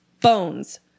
Bones